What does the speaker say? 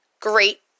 great